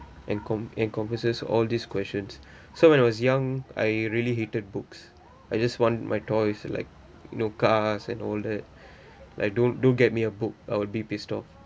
encom~ encompasses all these questions so when I was young I really hated books I just want my toys like you know cars and all like don't don't get me a book I will be pissed off